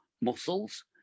muscles